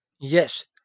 Yes